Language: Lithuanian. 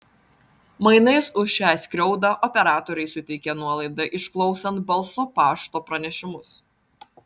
mainais už šią skriaudą operatoriai suteikė nuolaidą išklausant balso pašto pranešimus